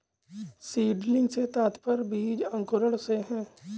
seedling से तात्पर्य बीज अंकुरण से है